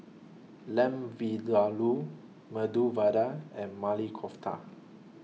Lamb Vindaloo Medu Vada and Maili Kofta